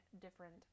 different